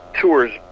tours